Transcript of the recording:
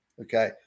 Okay